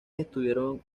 estuvieron